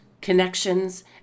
connections